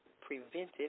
Preventive